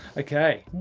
okay.